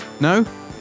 No